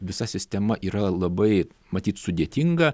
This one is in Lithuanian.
visa sistema yra labai matyt sudėtinga